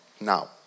now